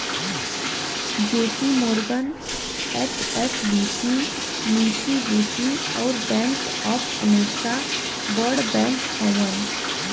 JP Morgan, HSBC, Mitsubishi, अउर bank of America बड़ bank हउवन